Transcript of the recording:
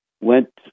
went